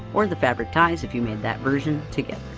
or the fabric ties if you made that version, together,